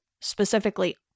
specifically